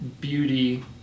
beauty